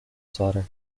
swatter